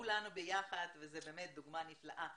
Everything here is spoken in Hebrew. כולנו ביחד וזאת באמת דוגמה נפלאה.